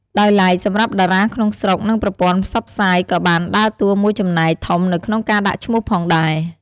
ដោយឡែកសម្រាប់តារាក្នុងស្រុក និងប្រព័ន្ធផ្សព្វផ្សាយក៏បានដើរតួមួយចំណែកធំនៅក្នុងការដាក់ឈ្មោះផងដែរ។